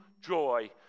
joy